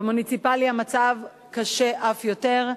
במוניציפלי המצב קשה אף יותר: